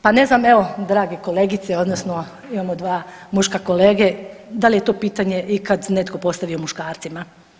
Pa ne znam evo drage kolegice odnosno imamo dva muška kolege, da li je to pitanje ikada nekada postavio muškarcima.